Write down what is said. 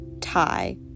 tie